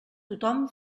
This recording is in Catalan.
tothom